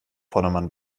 vordermann